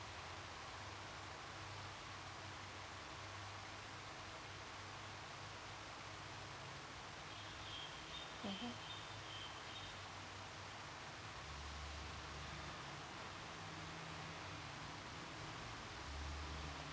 mmhmm